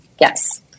yes